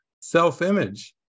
self-image